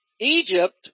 Egypt